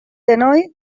denoi